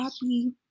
happy